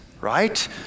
right